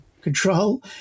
control